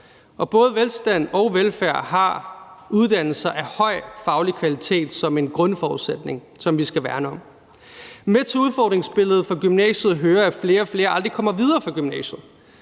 Både velstand og velfærd har uddannelser af høj faglig kvalitet som en grundforudsætning, som vi skal værne om. Med til udfordringsbilledet fra gymnasiet hører, at flere og flere aldrig kommer videre fra gymnasiet.